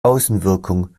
außenwirkung